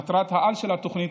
מטרת-העל של התוכנית,